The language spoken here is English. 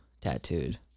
Tattooed